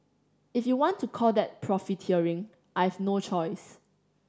if you want to call that profiteering I've no choice